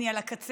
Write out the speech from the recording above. אני על הקצה.